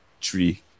tree